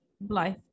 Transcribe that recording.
Blythe